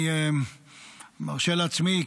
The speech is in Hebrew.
אני מרשה לעצמי,